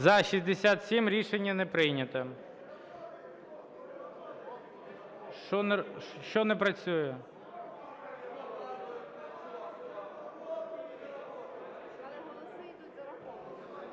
За-67 Рішення не прийнято. Що не працює?